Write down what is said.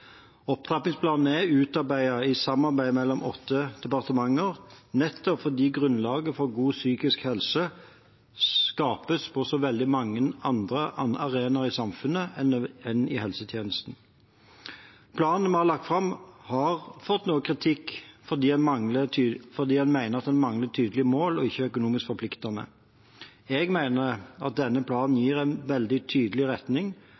Opptrappingsplanen er utarbeidet i samarbeid mellom åtte departementer, nettopp fordi grunnlaget for god psykisk helse skapes på så veldig mange andre arenaer i samfunnet enn i helsetjenesten. Planen vi har lagt fram, har fått noe kritikk fordi en mener den mangler tydelige mål og ikke er økonomisk forpliktende. Jeg mener at denne planen gir en veldig tydelig retning